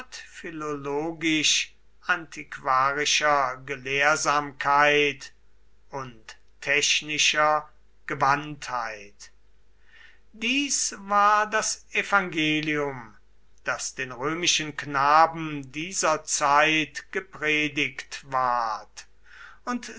philologisch antiquarischer gelehrsamkeit und technischer gewandtheit dies war das evangelium das den römischen knaben dieser zeit gepredigt ward und